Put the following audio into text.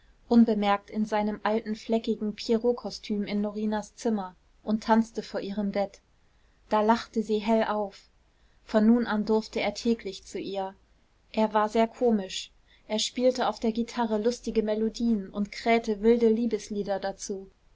unbemerkt in seinem alten fleckigen pierrotkostüm in norinas zimmer und tanzte vor ihrem bett da lachte sie hell auf von nun an durfte er täglich zu ihr er war sehr komisch er spielte auf der gitarre lustige melodien und krähte wilde liebeslieder dazu